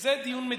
זה דיון מדיני,